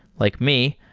like me,